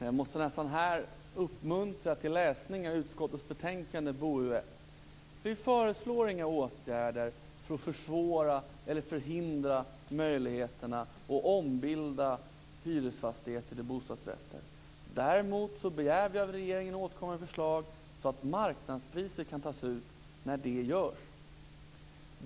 Herr talman! Jag måste uppmuntra till läsning av utskottets betänkande BoU1. Vi föreslår inga åtgärder för att försvåra eller förhindra möjligheterna att ombilda hyresfastigheter till bostadsrätter. Däremot begär vi att regeringen återkommer med förslag så att marknadspriser kan tas ut när det görs.